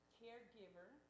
caregiver